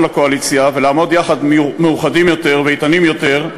לקואליציה ולעמוד יחד מאוחדים יותר ואיתנים יותר,